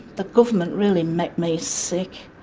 the government really make me sick,